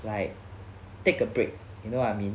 like take a break you know what I mean